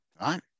Right